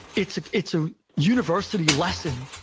it's it's a university lesson,